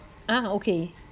ah okay